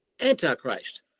Antichrist